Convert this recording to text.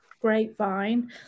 grapevine